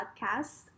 podcast